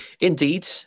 Indeed